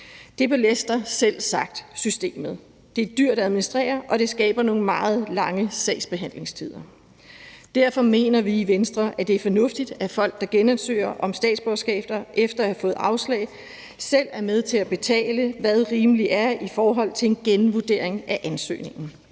Det belaster selvsagt systemet. Det er dyrt at administrere, og det skaber nogle meget lange sagsbehandlingstider. Derfor mener vi i Venstre, at det er fornuftigt, at folk, der genansøger om statsborgerskab efter at have fået afslag, selv er med til at betale, hvad der er rimeligt, i forhold til en genvurdering af ansøgningen.